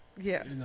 yes